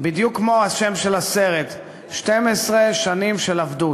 בדיוק כמו השם של הסרט: "12 שנים של עבדות".